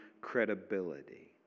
credibility